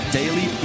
daily